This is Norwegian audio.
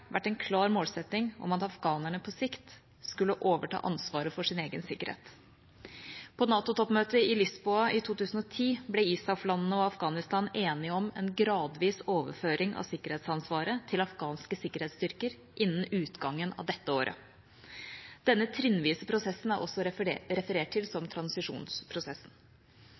vært en klar målsetning om at afghanerne på sikt skulle overta ansvaret for sin egen sikkerhet. På NATO-toppmøtet i Lisboa i 2010, ble ISAF-landene og Afghanistan enige om en gradvis overføring av sikkerhetsansvaret til afghanske sikkerhetsstyrker innen utgangen av dette året. Denne trinnvise prosessen er også referert til som transisjonsprosessen.